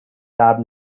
tab